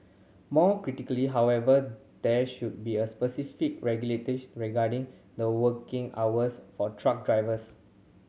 more critically however there should be a specific regarding the working hours for truck drivers